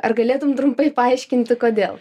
ar galėtum trumpai paaiškinti kodėl